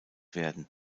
werden